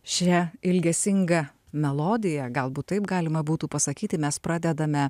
šia ilgesinga melodija galbūt taip galima būtų pasakyti mes pradedame